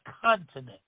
continent